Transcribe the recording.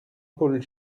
paul